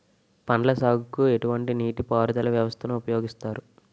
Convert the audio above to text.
పండ్ల సాగుకు ఎటువంటి నీటి పారుదల వ్యవస్థను ఉపయోగిస్తారు?